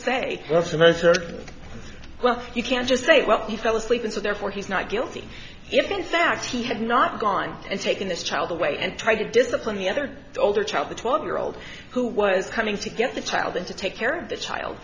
say well you can't just say well he fell asleep and so therefore he's not guilty if in fact he had not gone and taken this child away and tried to discipline the other older child the twelve year old who was coming to get the child and to take care of the child